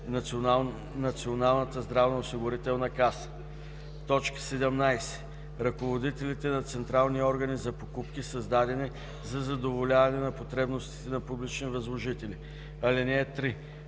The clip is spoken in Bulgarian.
Националната здравноосигурителна каса; 17. ръководителите на централни органи за покупки, създадени за задоволяване на потребностите на публични възложители. (3)